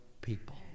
people